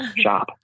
shop